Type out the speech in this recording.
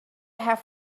have